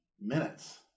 minutes